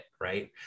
right